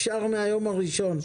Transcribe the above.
אפשר מהיום הראשון.